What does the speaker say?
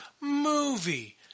movie